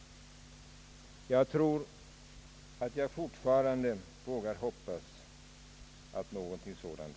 Jag vågar fortfarande hoppas på någonting sådant.